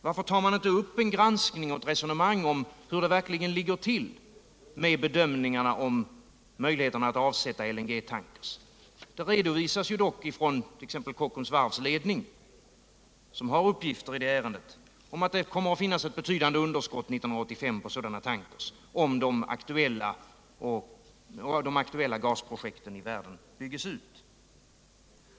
Varför tar man inte upp granskning av och ett resonemang om hur det verkligen ligger till med bedömningarna om möjligheterna att avsätta LNG tankrar? Det redovisas dock från exempelvis Kockums varvs ledning, som har uppgifter i det ärendet, att det kommer att finnas ett betydande underskott på sådana tankrar 1985 — om de aktuella gasprojekten i världen byggs ut.